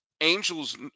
Angels